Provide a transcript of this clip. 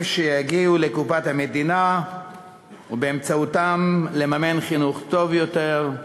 שיגיעו לקופת המדינה ובאמצעותם לממן חינוך טוב יותר,